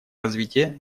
развитие